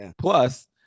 Plus